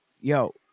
Yo